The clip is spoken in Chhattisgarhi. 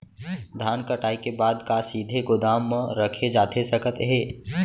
धान कटाई के बाद का सीधे गोदाम मा रखे जाथे सकत हे?